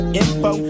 info